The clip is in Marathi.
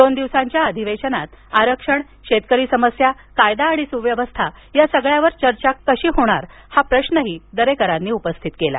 दोन दिवसांच्या अधिवेशनात आरक्षण शेतकरी समस्या कायदा आणि सुव्यवस्थेवर चर्चा कशी होणार असा प्रश्नही दरेकरांनी उपस्थित केला